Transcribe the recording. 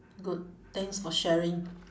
good thanks for sharing